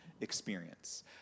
Experience